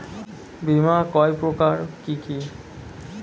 বীমা কয় প্রকার কি কি?